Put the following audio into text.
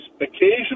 Occasionally